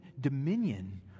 dominion